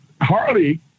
Harley